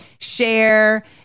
share